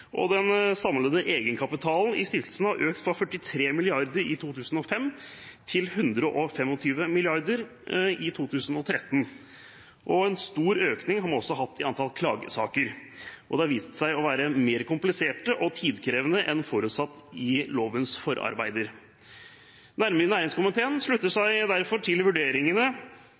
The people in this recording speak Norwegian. og den samlede egenkapitalen i stiftelsene har økt fra 43 mrd. kr i 2005 til 125 mrd. kr i 2013. En stor økning har man også hatt i antall klagesaker, og de har vist seg å være mer kompliserte og tidkrevende enn forutsatt i lovens forarbeider. Næringskomiteen slutter